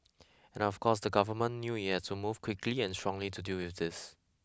and of course the government knew it had to move quickly and strongly to deal with this